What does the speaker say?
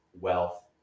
wealth